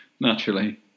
Naturally